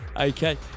Okay